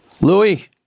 Louis